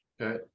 Okay